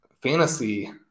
fantasy